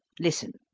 listen,